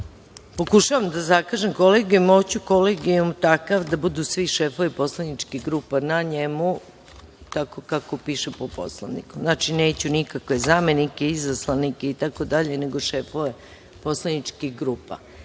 Pokušavam da zakažem Kolegijum, a hoću Kolegijum takav da budu svi šefovi poslaničkih grupa na njemu, tako kako piše po poslovniku. Znači neću nikakve zamenike, izaslanike itd, nego šefove poslaničkih